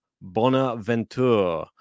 Bonaventure